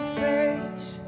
face